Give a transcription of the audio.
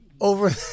over